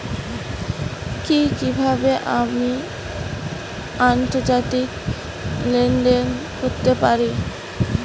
কি কিভাবে আমি আন্তর্জাতিক লেনদেন করতে পারি?